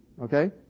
Okay